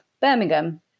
Birmingham